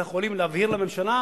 אנחנו יכולים להבהיר לממשלה,